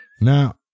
Now